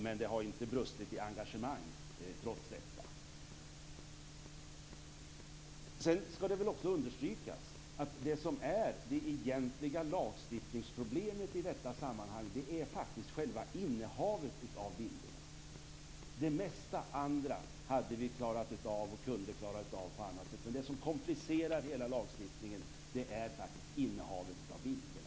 Men det har inte brustit i engagemang trots detta. Det skall också understrykas att det som är det egentliga lagstiftningsproblemet i detta sammanhang är själva innehavet av bilderna. Det mesta andra kunde vi klara av på annat sätt, men det som komplicerar hela lagstiftningen är faktiskt innehavet av bilderna.